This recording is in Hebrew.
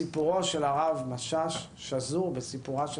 סיפורו של הרב משאש שזור בסיפורה של